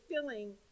filling